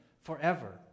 forever